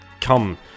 come